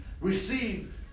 receive